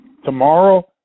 tomorrow